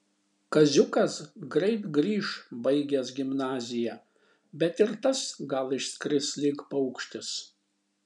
kaziukas greit grįš baigęs gimnaziją bet ir tas gal išskris lyg paukštis